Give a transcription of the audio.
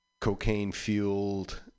cocaine-fueled